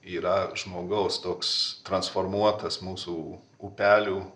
yra žmogaus toks transformuotas mūsų upelių